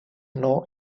know